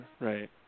Right